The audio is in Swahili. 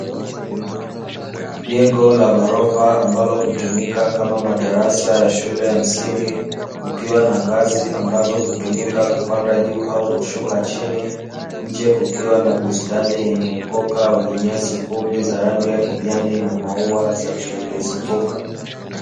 Jengo la ghorofa ambalo hutumika kama madarasa ya shule ya msingi, kukiwa na ngazi ambazo hutumika kupanda juu au kushuka chini, nje kukiwa na bustani yenye ukoka wenye nyasi fupi za rangi ya kijani na maua za yaliyoizunguka.